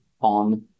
on